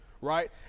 right